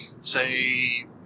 say